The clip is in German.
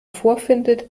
vorfindet